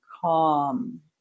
calm